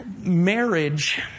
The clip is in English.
marriage